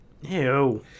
Ew